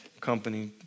company